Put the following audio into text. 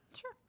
Sure